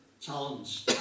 challenge